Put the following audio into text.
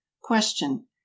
Question